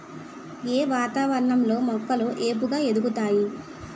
ఏ వాతావరణం లో మొక్కలు ఏపుగ ఎదుగుతాయి?